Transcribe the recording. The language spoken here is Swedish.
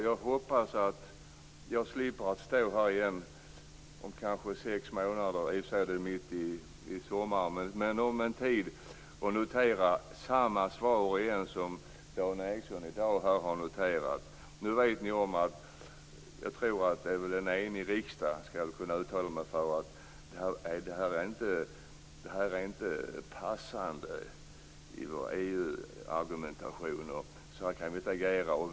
Jag hoppas att jag slipper stå här om sex månader - det är i och för sig mitt i sommaren - och notera samma svar igen - precis som Dan Ericsson noterade i dag. Nu vet ni att en enig riksdag skulle uttala att detta inte är passande i våra argumentationer med EU.